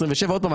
27'. עוד פעם,